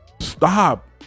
Stop